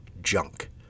junk